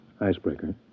icebreaker